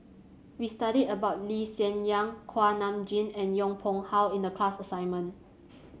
we studied about Lee Hsien Yang Kuak Nam Jin and Yong Pung How in the class assignment